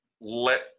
let